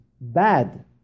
bad